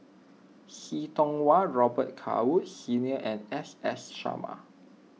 See Tiong Wah Robet Carr Woods Senior and S S Sarma